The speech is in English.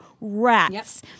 Rats